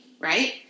right